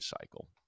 cycle